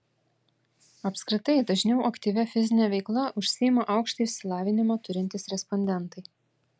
apskritai dažniau aktyvia fizine veikla užsiima aukštąjį išsilavinimą turintys respondentai